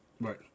Right